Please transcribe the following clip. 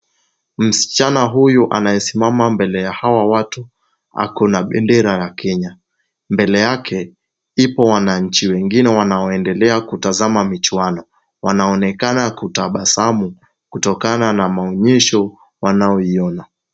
Msichana huyu anayesimama mbele ya hawa watu, ako na bendera ya Kenya. Mbele yake, wapo wananchi wengine wanaoendelea kutazama michuano. Wanaonekana kutabasamu kutokana na maonyesho wanaoiona.